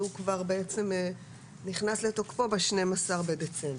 והוא נכנס לתוקפו ב-12 בדצמבר.